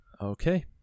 Okay